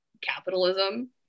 capitalism